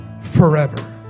forever